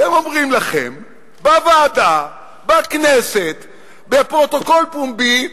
והם אומרים לכם בוועדה, בכנסת, בפרוטוקול פומבי: